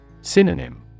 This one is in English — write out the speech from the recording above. Synonym